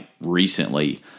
recently